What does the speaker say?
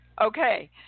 Okay